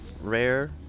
rare